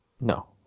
No